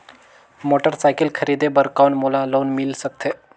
Motorcycle खरीदे बर कौन मोला लोन मिल सकथे?